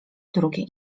drugie